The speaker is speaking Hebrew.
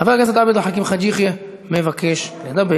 חבר הכנסת עבד אל חכים חאג' יחיא מבקש לדבר.